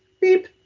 Beep